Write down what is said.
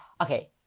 Okay